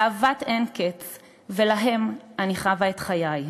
באהבת אין-קץ, ולהם אני חבה את חיי,